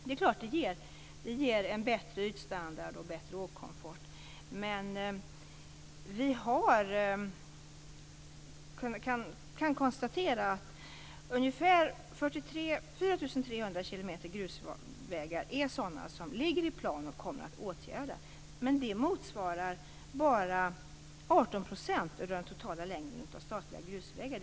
Det är klart att det ger bättre ytstandard och bättre åkkomfort. Vi kan konstatera att ungefär 4 300 km grusvägar ligger i plan och kommer att åtgärdas. Men det motsvarar bara 18 % av den totala längden av statliga grusvägar.